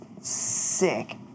sick